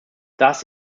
das